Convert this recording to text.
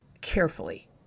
carefully